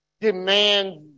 demands